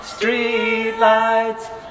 Streetlights